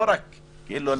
לא רק לעשות רשימה סגורה.